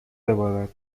ببارد